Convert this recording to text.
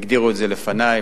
הגדירו את זה לפני,